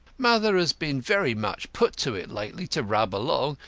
mother has been very much put to it lately to rub along.